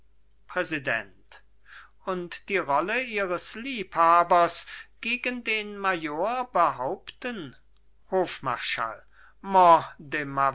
präsident und die rolle ihres liebhabers gegen den major behaupten hofmarschall